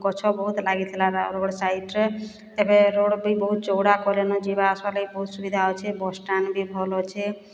ଗଛ ବହୁତ୍ ଲାଗିଥିଲା ରୋଡ଼୍ ସାଇଡ଼୍ରେ ଏବେ ରୋଡ଼୍ବି ବହୁତ୍ ଚଉଡ଼ା କାଲେନ ଯିବା ଆସ୍ବା ଲାଗି ବହୁତ୍ ସୁବିଧା ହୋଉଛେ ବସ୍ ଷ୍ଟାଣ୍ଡ୍ ବି ଭଲ୍ ଅଛେ